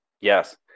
Yes